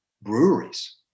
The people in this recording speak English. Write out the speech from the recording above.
breweries